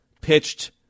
pitched